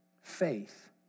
faith